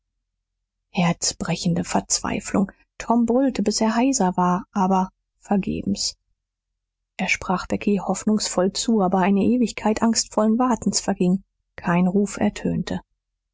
herzbrechende verzweiflung tom brüllte bis er heiser war aber vergebens er sprach becky hoffnungsvoll zu aber eine ewigkeit angstvollen wartens verging kein ruf ertönte